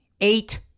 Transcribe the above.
eight